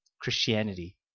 Christianity